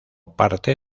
parte